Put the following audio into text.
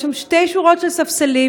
יש שם שתי שורות של ספסלים,